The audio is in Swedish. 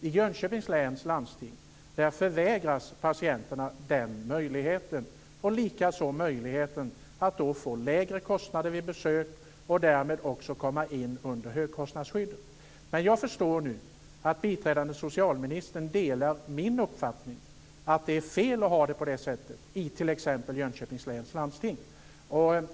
I Jönköpings läns landsting förvägras alltså patienterna den möjligheten. Likaså förvägras de möjligheten att då få lägre kostnader vid besök och att komma in under högkostnadsskyddet. Jag förstår nu att biträdande socialministern delar min uppfattning att det är fel att ha det på det här sättet i t.ex. Jönköpings läns landsting.